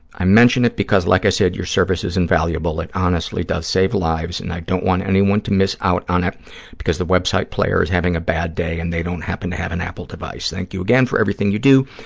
i mention it because, like i said, your service is invaluable. it honestly does save lives, and i don't want anyone to miss out on it because the web site player is having a bad day and they don't happen to have an apple device. thank you again for everything you do.